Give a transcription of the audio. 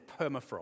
permafrost